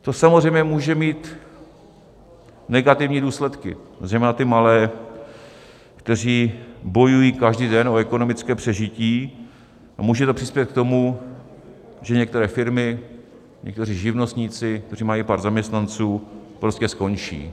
To samozřejmě může mít negativní důsledky zejména na ty malé, kteří bojují každý den o ekonomické přežití, a může to přispět k tomu, že některé firmy, někteří živnostníci, kteří mají pár zaměstnanců, prostě skončí.